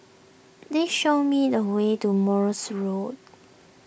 please show me the way to Morse Road